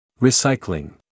Recycling